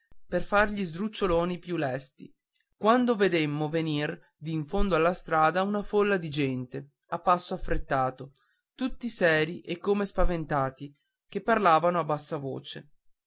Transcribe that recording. per far gli sdruccioloni più lesti quando vedemmo venir d'in fondo alla strada una folla di gente a passo affrettato tutti seri e come spaventati che parlavano a voce